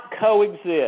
coexist